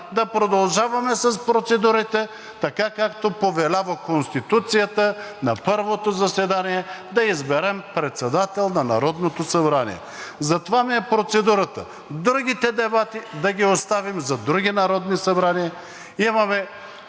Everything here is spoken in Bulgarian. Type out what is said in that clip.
да продължаваме с процедурите, така както повелява Конституцията: на първото заседание да изберем председател на Народното събрание. Затова ми е процедурата. Другите дебати да ги оставим за други народни събрания.